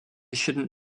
shouldn’t